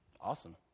Awesome